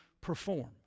perform